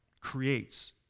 creates